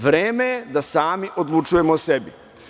Vreme je da sami odlučujemo o sebi.